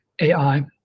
AI